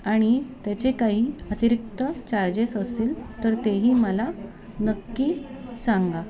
आणि त्याचे काही अतिरिक्त चार्जेस असतील तर तेही मला नक्की सांगा